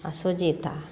आ सुजीता